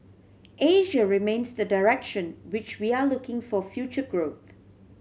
Asia remains the direction which we are looking for future growth